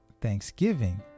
Thanksgiving